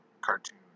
cartoon